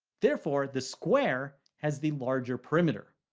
therefore, the square has the larger perimeter.